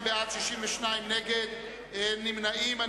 42 בעד, 62 נגד, אין נמנעים.